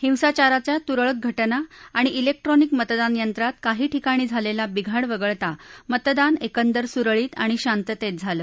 हिसाचाराच्या तूरळक घटना आणि क्रिक्स्ट्रॉनिक मतदान यंत्रात काही ठिकाणी झालक्ती बिघाड वगळत मतदान एकंदर सुरळीत आणि शांतती झालं